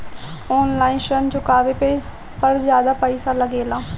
आन line ऋण चुकावे पर ज्यादा पईसा लगेला?